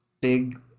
big